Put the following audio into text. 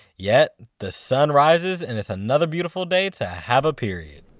yet the sun rises and it's another beautiful day to have a period